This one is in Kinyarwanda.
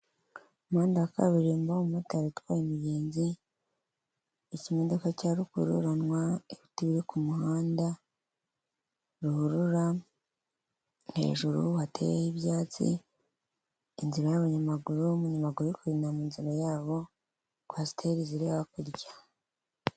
Umuhanda wa kaburimbo, umumotari utwaye umugenzi, ikimodoka cya rukururanwa, ibiti byo ku muhanda, ruhurura, hejuru hateyeho ibyatsi, inzira y'abanyamaguru, umunyamaguru uri kugenda mu nzira yabo, kwasiteri ziri hakurya.